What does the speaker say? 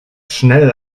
schnell